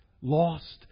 lost